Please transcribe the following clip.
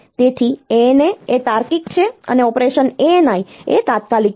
તેથી ANA એ તાર્કિક છે અને ઓપરેશન ANI એ તાત્કાલિક છે